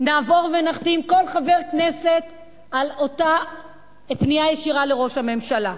נעבור ונחתים כל חבר כנסת על אותה פנייה ישירה אל ראש הממשלה.